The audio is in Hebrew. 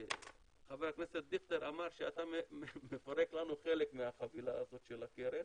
חבר הכנסת דיכטר אמר שאתה מפרק לנו חלק מהחבילה של הקרן